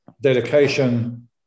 dedication